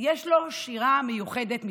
יש לו שירה מיוחדת משלו,